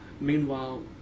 Meanwhile